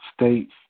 states